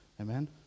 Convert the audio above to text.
Amen